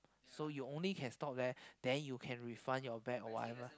so you only can stop there then you can refund your bag or whatever